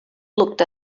looked